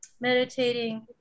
meditating